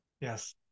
Yes